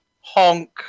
honk